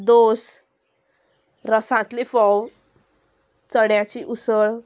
दोस रसांतले फोव चण्याची उसळ